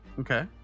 Okay